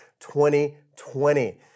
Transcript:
2020